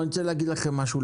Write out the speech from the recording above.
אבל אני רוצה להגיד לכם משהו,